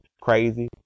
crazy